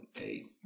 eight